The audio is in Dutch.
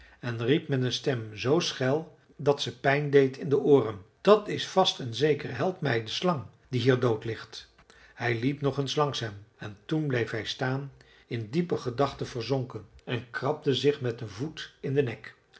en riep met een stem z schel dat ze pijn deed in de ooren dat is vast en zeker helpmij de slang die hier dood ligt hij liep nog eens langs hem en toen bleef hij staan in diepe gedachten verzonken en krabde zich met den voet in den nek